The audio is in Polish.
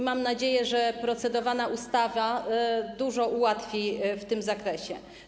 Mam nadzieję, że procedowana ustawa dużo ułatwi w tym zakresie.